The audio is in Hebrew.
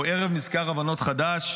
אנחנו ערב מזכר הבנות חדש.